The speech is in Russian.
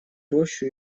рощу